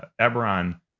Eberron